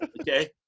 okay